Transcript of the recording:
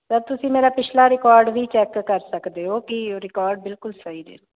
sir ਤੁਸੀਂ ਮੇਰਾ ਪਿਛਲਾ ਰਿਕਾਰਡ ਵੀ ਚੈੱਕ ਕਰ ਸਕਦੇ ਹੋ ਕਿ ਰਿਕਾਰਡ ਬਿਲਕੁਲ ਸਹੀ ਨੇ